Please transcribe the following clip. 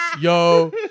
Yo